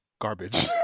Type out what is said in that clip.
garbage